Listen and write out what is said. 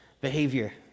behavior